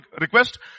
request